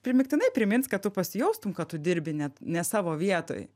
primygtinai primins kad tu pasijaustum kad tu dirbi ne ne savo vietoj